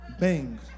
bang